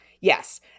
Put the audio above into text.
yes